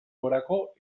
gorako